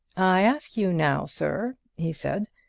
i ask you now, sir, he said,